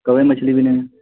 کوئی مچھلی بھی نہیں ہے